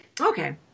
Okay